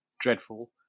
dreadful